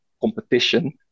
competition